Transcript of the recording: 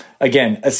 Again